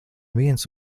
viens